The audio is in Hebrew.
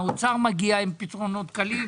האוצר מגיע עם פתרונות קלים,